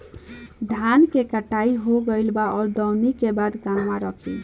धान के कटाई हो गइल बा अब दवनि के बाद कहवा रखी?